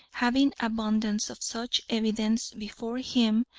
having abundance of such evidence before him,